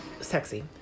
sexy